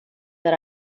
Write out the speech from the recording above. that